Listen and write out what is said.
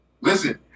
Listen